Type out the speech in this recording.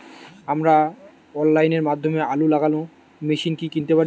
আমরা অনলাইনের মাধ্যমে আলু লাগানো মেশিন কি কিনতে পারি?